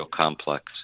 complex